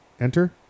enter